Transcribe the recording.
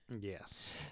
yes